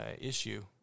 issue